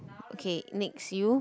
okay next you